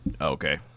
Okay